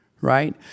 right